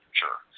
sure